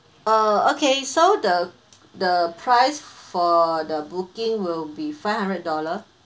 uh okay so the the price for the booking will be five hundred dollar